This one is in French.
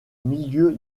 milieu